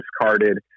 discarded